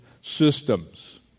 systems